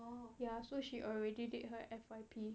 ya so she already take her F_Y_P